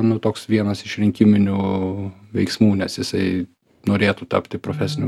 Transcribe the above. nu toks vienas iš rinkiminių veiksmų nes jisai norėtų tapti profesinių